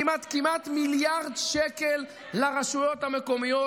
כמעט מיליארד שקל לרשויות המקומיות,